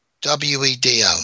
W-E-D-O